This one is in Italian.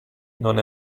non